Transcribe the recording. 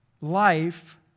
life